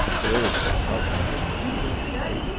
there's your trouble, declared emily.